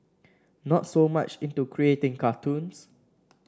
not so much into creating cartoons